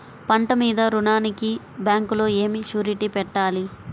పంట మీద రుణానికి బ్యాంకులో ఏమి షూరిటీ పెట్టాలి?